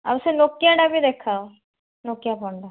ଆଉ ସେ ନୋକିଆଟା ବି ଦେଖାଅ ନୋକିଆ ଫୋନ୍ଟା